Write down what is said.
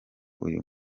uyu